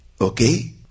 okay